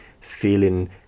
feeling